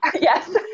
Yes